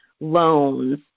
loans